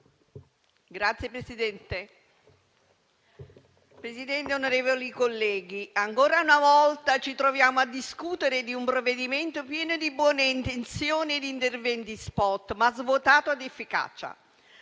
*(M5S)*. Signor presidente, onorevoli colleghi, ancora una volta ci troviamo a discutere di un provvedimento pieno di buone intenzioni e di interventi spot, ma svuotato di efficacia,